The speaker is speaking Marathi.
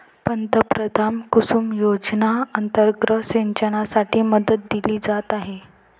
पंतप्रधान कुसुम योजना अंतर्गत सिंचनासाठी मदत दिली जात आहे